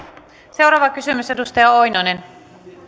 seuraava kysymys edustaja oinonen